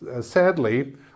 sadly